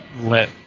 let